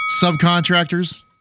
Subcontractors